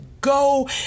go